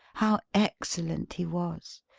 how excellent he was!